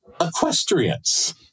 equestrians